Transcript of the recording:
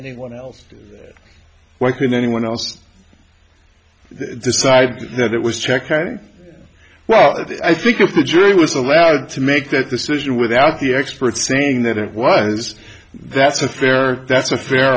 anyone else why can anyone else the side that was checked well i think if the jury was allowed to make that decision without the expert saying that it was that's a fair that's a fair